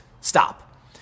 stop